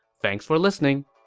thanks for listening!